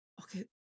okay